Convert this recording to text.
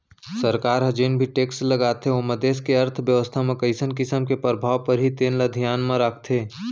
सरकार ह जेन भी टेक्स लगाथे ओमा देस के अर्थबेवस्था म कइसन किसम के परभाव परही तेन ल धियान म राखथे